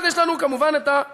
אז יש לנו כמובן המידתיות.